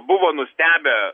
buvo nustebę